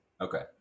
Okay